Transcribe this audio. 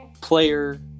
player